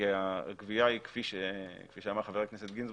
כי הגבייה כפי שאמר חבר הכנסת גינזבורג,